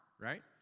right